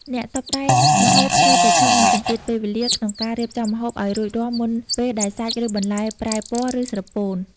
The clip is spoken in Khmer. អ្នកតុបតែងម្ហូបត្រូវប្រឈមនឹងសម្ពាធពេលវេលា ក្នុងការរៀបចំម្ហូបឱ្យរួចរាល់មុនពេលដែលសាច់ ឬបន្លែប្រែពណ៌ ឬស្រពោន។